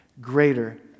greater